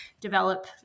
develop